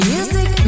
Music